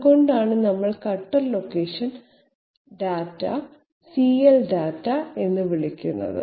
അതു കൊണ്ടാണ് നമ്മൾ കട്ടർ ലൊക്കേഷൻ ഡാറ്റ എന്ന് വിളിക്കുന്നത്